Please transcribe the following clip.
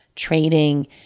trading